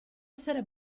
essere